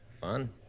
Fun